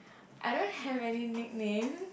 I don't have any nickname